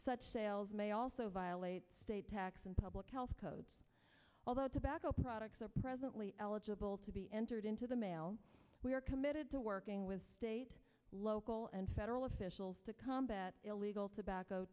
such sales may also violate state tax and public health codes although tobacco products are presently eligible to be entered into the mail we are committed to working with state local and federal officials to combat illegal tobacco